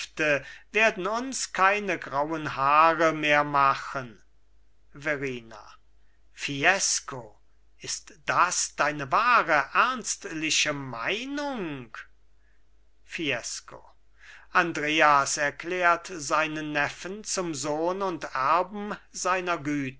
werden uns keine grauen haare mehr machen verrina fiesco ist das deine wahre ernstliche meinung fiesco andreas erklärt seinen neffen zum sohn und erben seiner